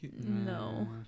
No